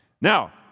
Now